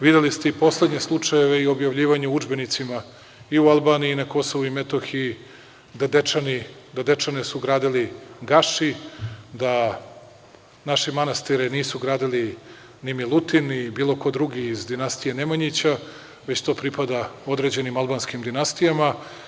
Videli ste i poslednje slučajeve i objavljivanje u udžbenicima i u Albaniji i na Kosovu i Metohiji da Dečane su gradili Gaši, da naše manastire nisu gradili ni Milutin ni bilo ko drugi iz dinastije Nemanjića, već to pripada određenim albanskim dinastijama.